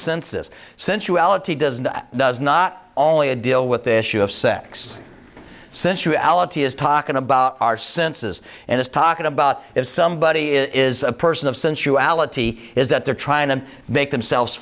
senses sensuality doesn't that does not only a deal with this issue of sex sensuality is talking about our senses and it's talking about if somebody is a person of sensuality is that they're trying to make themselves